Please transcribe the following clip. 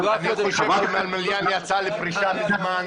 --- מלמיליאן יצא לפרישה מזמן.